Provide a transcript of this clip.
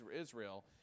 Israel